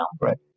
right